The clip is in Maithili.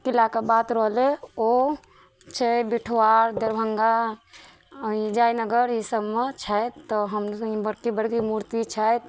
किलाके बात रहलै ओ छै बिठवार दरभंगा जयनगर ई सबमे छथि तऽ हम बड़की बड़की मूर्ति छथि